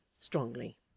strongly